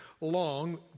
long